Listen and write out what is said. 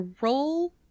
Roll